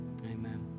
amen